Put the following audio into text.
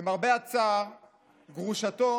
למרבה הצער גרושתו